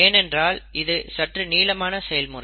ஏனென்றால் இது சற்று நீளமான செயல்முறை